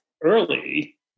early